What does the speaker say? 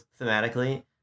thematically